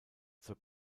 zur